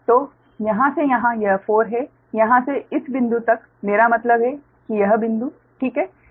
तो यहां से यहां यह 4 है और यहाँ से इस बिंदु तक मेरा मतलब है कि यह बिंदु ठीक है